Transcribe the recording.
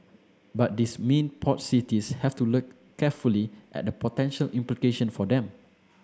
but these mean port cities have to look carefully at the potential implication for them